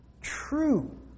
true